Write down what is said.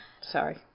sorry